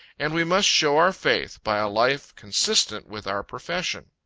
and we must show our faith, by a life consistent with our profession.